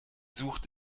sucht